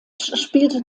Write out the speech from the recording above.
spielte